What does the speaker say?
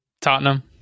Tottenham